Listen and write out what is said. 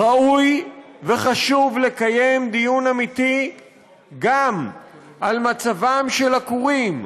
ראוי וחשוב לקיים דיון אמיתי גם על מצבם של הכורים,